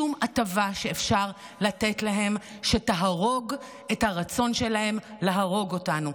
שום הטבה שאפשר לתת להם שתהרוג את הרצון שלהם להרוג אותנו.